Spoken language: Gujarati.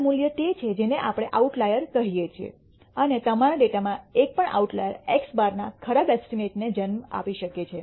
ખરાબ મૂલ્ય તે છે જેને આપણે આઉટલાયર કહીએ છીએ અને તમારા ડેટામાં એકપણ આઉટલાયર x̅ના ખરાબ એસ્ટીમેટને જન્મ આપી શકે છે